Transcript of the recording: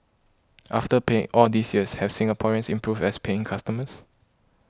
after paying all these years have Singaporeans improved as paying customers